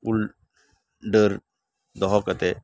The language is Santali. ᱩᱞ ᱰᱟᱹᱨ ᱫᱚᱦᱚ ᱠᱟᱛᱮᱫ